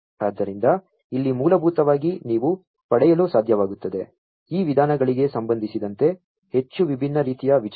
ಆದ್ದರಿಂದ ಇಲ್ಲಿ ಮೂಲಭೂತವಾಗಿ ನೀವು ಪಡೆಯಲು ಸಾಧ್ಯವಾಗುತ್ತದೆ ಈ ವಿಧಾನಗಳಿಗೆ ಸಂಬಂಧಿಸಿದಂತೆ ಹೆಚ್ಚು ವಿಭಿನ್ನ ರೀತಿಯ ವಿಚಾರಗಳು